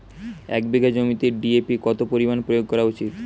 এক বিঘে জমিতে ডি.এ.পি কত পরিমাণ প্রয়োগ করা উচিৎ?